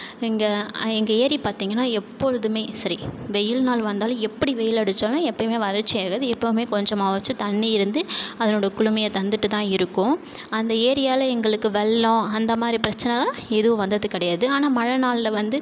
எங்கள் எங்கள் ஏரி பார்த்திங்கன்னா எப்பொழுதுமே சரி வெயில் நாள் வந்தாலும் எப்படி வெயில் அடித்தாலும் எப்பவுமே வறட்சி ஆகாது எப்பவுமே கொஞ்சமாவாச்சும் தண்ணீர் இருந்து அதனுடைய குளுமையை தந்துட்டு தான் இருக்கும் அந்த ஏரியால் எங்களுக்கு வெள்ளம் அந்த மாதிரி பிரச்சனையெல்லாம் எதுவும் வந்தது கிடையாது ஆனால் மழை நாளில் வந்து